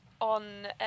on